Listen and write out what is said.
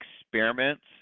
experiments